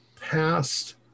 past